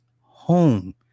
home